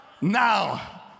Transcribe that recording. now